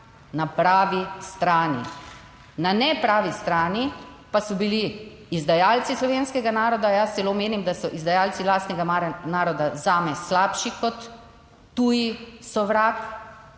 na pravi strani. Na nepravi strani pa so bili izdajalci slovenskega naroda. Jaz celo menim, da so izdajalci lastnega naroda zame slabši kot tuji sovrag,